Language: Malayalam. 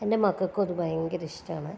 എൻ്റെ മക്കൾക്കും അത് ഭയങ്കര ഇഷ്ടമാണ്